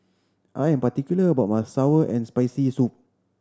I am particular about my sour and Spicy Soup